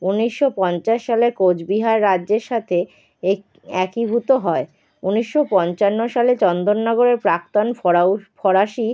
উনিশশো পঞ্চাশ সালে কোচবিহার রাজ্যের সাথে এক একীভূত হয় উনিশশো পঞ্চান্ন সালে চন্দননগরের প্রাক্তন ফরাসি